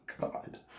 God